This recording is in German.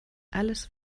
alles